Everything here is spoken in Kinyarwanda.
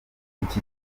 iki